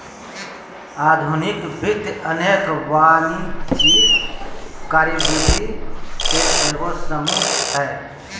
आधुनिक वित्त अनेक वाणिज्यिक कार्यविधि के एगो समूह हइ